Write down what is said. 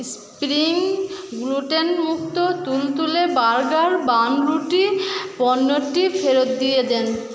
spring গ্লুটেনমুক্ত তুলতুলে burger বানরুটি পণ্যটি ফেরত দিয়ে দেন